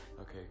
Okay